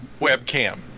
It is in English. webcam